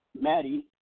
Maddie